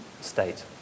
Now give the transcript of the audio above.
state